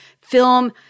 film